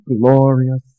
glorious